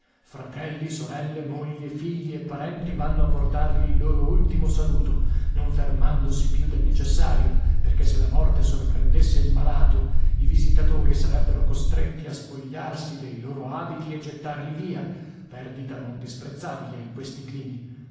fratelli sorelle moglie figli e parenti vanno a portargli il loro ultimo saluto non fermandosi più del necessario perché se la morte sorprendesse il malato i visitatori sarebbero costretti a spogliarsi dei loro abiti e gettarli via perdita non disprezzabile in questi climi